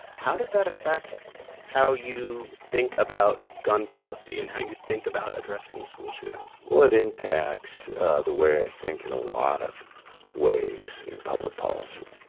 how does that affect how you think about gun policy and how you think about addressing school shootings? well, it impacts the way i think in a lot of ways in public policy.